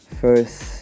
first